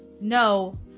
no